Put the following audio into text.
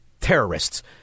Terrorists